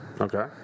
Okay